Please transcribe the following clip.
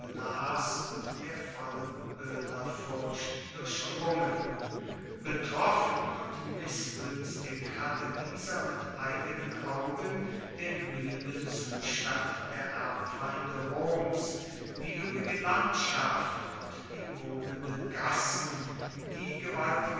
und der vollen pönerfurcht durchdrungen betroffen und mißgünstig hatte dieser mit eigenen augen den blühenden zustand der erbfeinde roms die üppige landschaft und die wogenden gassen die gewaltigen